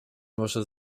może